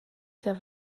der